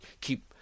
keep